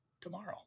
tomorrow